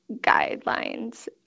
guidelines